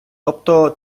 тобто